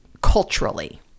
culturally